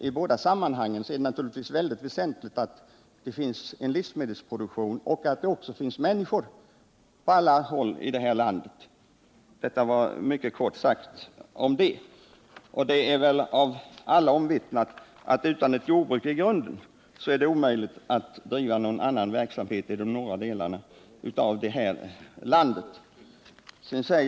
I båda sammanhangen är det naturligtvis väsentligt att det finns en livsmedelsproduktion och att det finns människor i alla delar av landet. Det är väl av alla omvittnat att utan ett jordbruk som grund är det omöjligt att driva någon annan verksamhet heller. Särskilt gäller detta i de norra delarna av landet.